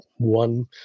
One